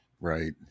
right